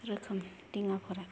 रोखोम दिङाफोरा